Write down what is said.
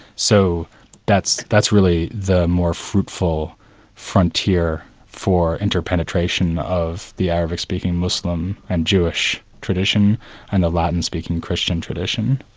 so that's that's really the more fruitful frontier for interpenetration of the arabic speaking muslim and jewish tradition and the latin speaking christian tradition.